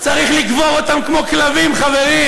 צריך לקבור אותם כמו כלבים, חברים,